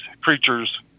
creatures